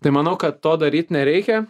tai manau kad to daryt nereikia